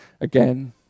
again